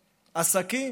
עסקים,